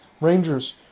Rangers